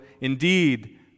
Indeed